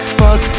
fuck